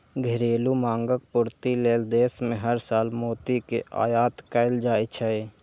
घरेलू मांगक पूर्ति लेल देश मे हर साल मोती के आयात कैल जाइ छै